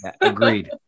agreed